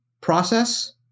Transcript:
process